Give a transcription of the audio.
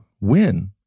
win